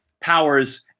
powers